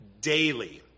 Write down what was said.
daily